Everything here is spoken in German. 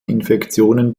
infektionen